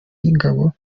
y’ingabo